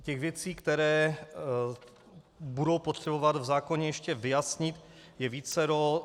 Těch věcí, které budou potřeba v zákoně ještě vyjasnit, je vícero.